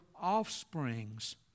offspring's